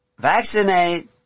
vaccinate